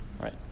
right